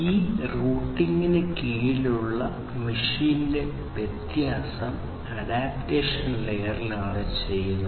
ഈ റൂട്ടിംഗിന് കീഴിലുള്ള മെഷിന്റെ വ്യത്യാസം അഡാപ്റ്റേഷൻ ലെയറിലാണ് ചെയ്യുന്നത്